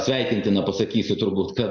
sveikintina pasakysiu turbūt kad